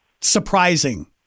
surprising